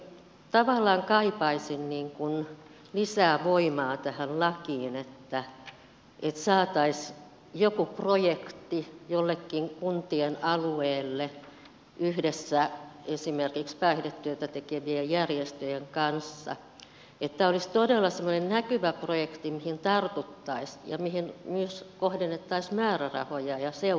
tavallaan kaipaisin lisää voimaa tähän lakiin että saataisiin joku projekti jollekin kuntien alueelle yhdessä esimerkiksi päihdetyötä tekevien järjestöjen kanssa että tämä olisi todella semmoinen näkyvä projekti mihin tartuttaisiin ja mihin myös kohdennettaisiin määrärahoja ja seuranta